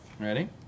Ready